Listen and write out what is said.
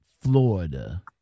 Florida